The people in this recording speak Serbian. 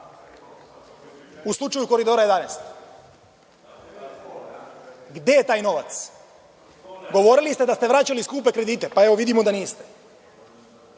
u slučaju Koridora 11.Gde je taj novac? Govorili ste da ste vraćali skupe kredite, pa, evo, vidimo da niste.